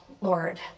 Lord